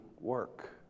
work